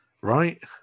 right